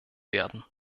werden